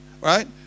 right